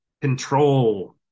control